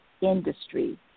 industry